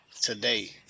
today